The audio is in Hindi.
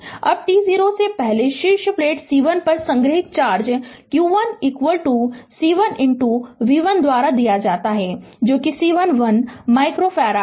अब t0 से पहले शीर्ष प्लेट C1 पर संग्रहीत चार्ज q 1 C1 v1 द्वारा दिया जाता है जो कि C1 1 माइक्रो फैराड है